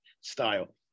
style